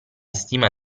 stima